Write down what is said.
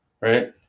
right